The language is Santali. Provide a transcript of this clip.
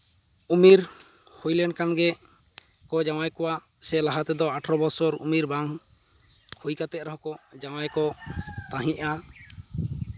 ᱩᱢᱮᱨ ᱦᱩᱭ ᱞᱮᱱᱠᱷᱟᱱ ᱜᱮᱠᱚ ᱡᱟᱶᱟᱭ ᱠᱚᱣᱟ ᱥᱮ ᱞᱟᱦᱟ ᱛᱮᱫᱚ ᱟᱴᱷᱨᱚ ᱵᱚᱛᱥᱚᱨ ᱩᱢᱮᱨ ᱵᱟᱝ ᱦᱩᱭ ᱠᱟᱛᱮᱫ ᱨᱮᱦᱚᱸ ᱡᱟᱶᱟᱭ ᱠᱚ ᱛᱟᱦᱮᱸᱫᱼᱟ